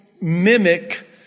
mimic